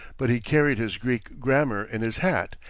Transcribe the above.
but he carried his greek grammar in his hat,